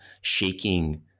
shaking